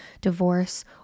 divorce